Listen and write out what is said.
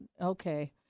Okay